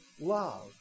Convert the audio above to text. love